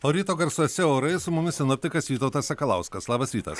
o ryto garsuose orai su mumis sinoptikas vytautas sakalauskas labas rytas